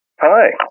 Hi